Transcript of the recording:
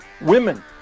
women